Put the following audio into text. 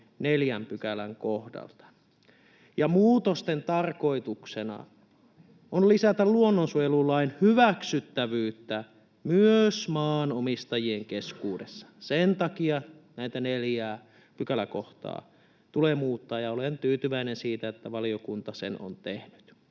neljän pykälän kohdalta. Ja muutosten tarkoituksena on lisätä luonnonsuojelulain hyväksyttävyyttä myös maanomistajien keskuudessa. Sen takia näitä neljää pykäläkohtaa tulee muuttaa, ja olen tyytyväinen siitä, että valiokunta sen on tehnyt,